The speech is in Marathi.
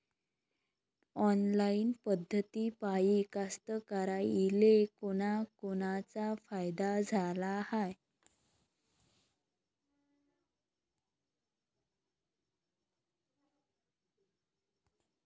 ऑनलाईन पद्धतीपायी कास्तकाराइले कोनकोनचा फायदा झाला हाये?